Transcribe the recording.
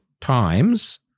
times